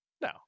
No